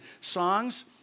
songs